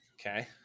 Okay